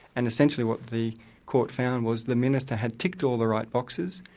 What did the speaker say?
and essentially what the court found was the minister had ticked all the right boxes.